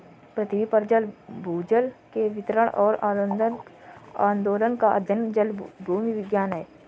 पृथ्वी पर जल भूजल के वितरण और आंदोलन का अध्ययन जलभूविज्ञान है